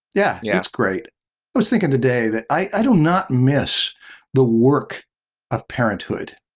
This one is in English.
yeah yeah, it's great. i was thinking today that i do not miss the work of parenthood,